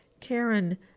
Karen